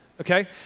Okay